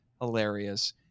hilarious